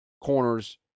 corners